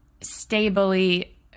stably